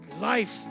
Life